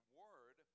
word